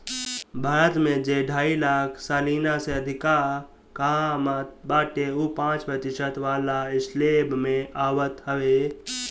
भारत में जे ढाई लाख सलीना से अधिका कामत बाटे उ पांच प्रतिशत वाला स्लेब में आवत हवे